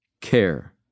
care